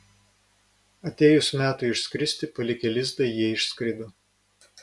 atėjus metui išskristi palikę lizdą jie išskrido